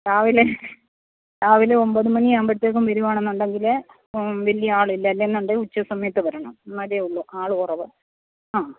രാവിലെ രാവിലെ ഒമ്പതു മണി ആവുമ്പോഴത്തേക്കും വരികയാണെന്നുണ്ടങ്കിൽ വലിയ ആളില്ല അല്ലെന്നുണ്ടെങ്കിൽ ഉച്ച സമയത്ത് വരണം എന്നാലെ ഉള്ളു ആൾ കുറവ് ആ